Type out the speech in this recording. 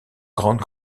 grandes